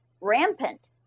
rampant